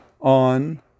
on